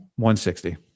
160